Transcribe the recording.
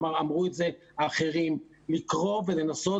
אמרו את זה גם אחרים לקרוא ולנסות